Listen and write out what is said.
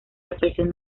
represión